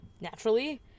naturally